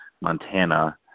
Montana